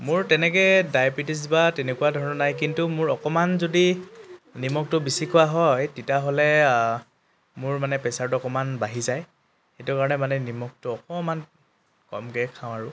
মোৰ তেনেকৈ ডায়বেটিছ বা তেনেকুৱা ধৰণ নাই কিন্তু মোৰ অকণমান যদি নিমখটো বেছি খোৱা হয় তেতিয়াহ'লে মোৰ মানে প্ৰেচাৰটো অকণমান বাঢ়ি যায় সেইটো কাৰণে মানে নিমখটো অকণমান কমকৈ খাওঁ আৰু